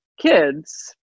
kids